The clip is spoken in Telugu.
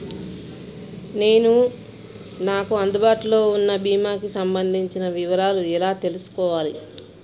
నేను నాకు అందుబాటులో ఉన్న బీమా కి సంబంధించిన వివరాలు ఎలా తెలుసుకోవాలి?